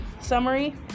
Summary